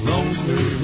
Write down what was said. Lonely